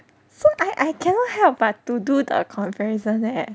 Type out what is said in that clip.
so I I cannot help but to do the comparison there